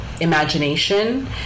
imagination